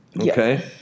okay